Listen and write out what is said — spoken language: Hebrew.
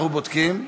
אנחנו בודקים.